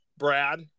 Brad